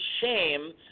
shame